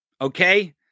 Okay